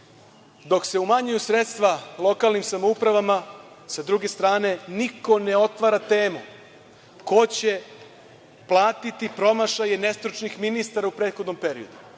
se umanjuju sredstva lokalnim samoupravama, sa druge strane niko ne otvara temu ko će platiti promašaje nestručnih ministara u prethodnom periodu.